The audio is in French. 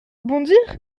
bondir